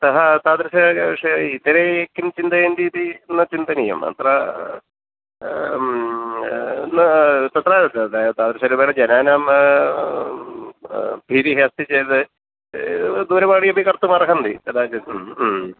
अतः तादृश विषये इतरे किं चिन्तयन्ति इति न चिन्तनीयम् अत्र न तत्र तादृशरूपेण जनानां भीतिः अस्ति चेत् दूरवाणी अपि कर्तुम् अर्हन्ति कदाचित्